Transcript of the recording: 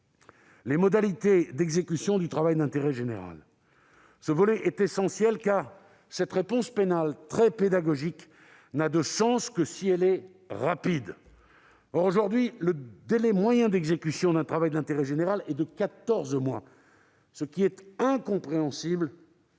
les modalités d'exécution du travail d'intérêt général (TIG). Ce volet est essentiel, car cette réponse pénale, très pédagogique, n'a de sens que si elle est rapide. Or, aujourd'hui, le délai moyen d'exécution d'un TIG est de quatorze mois, ce qui est incompréhensible